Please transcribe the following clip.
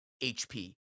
HP